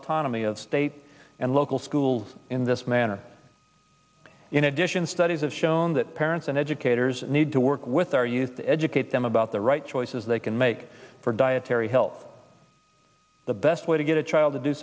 autonomy of state and local schools in this manner in addition studies have shown that parents and educators need to work with our youth to educate them about the right choices they can make for dietary help the best way to get a child to do